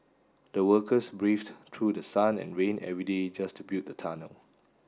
the workers braved through the sun and rain every day just to build the tunnel